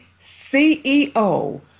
CEO